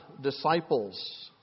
disciples